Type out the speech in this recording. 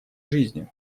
жизнью